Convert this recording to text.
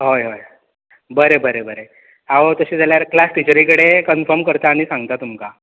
हय हय बरें बरें बरें हांव तशें जाल्यार क्लास टिचरी कडेन कनफम करता आनी सांगता तुमकां